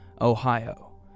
Ohio